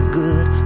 good